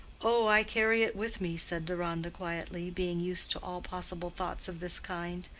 oh, i carry it with me, said deronda, quietly, being used to all possible thoughts of this kind.